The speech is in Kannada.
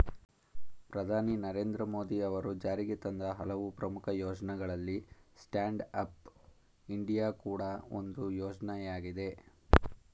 ಪ್ರಧಾನಿ ನರೇಂದ್ರ ಮೋದಿ ಅವರು ಜಾರಿಗೆತಂದ ಹಲವು ಪ್ರಮುಖ ಯೋಜ್ನಗಳಲ್ಲಿ ಸ್ಟ್ಯಾಂಡ್ ಅಪ್ ಇಂಡಿಯಾ ಕೂಡ ಒಂದು ಯೋಜ್ನಯಾಗಿದೆ